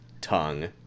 tongue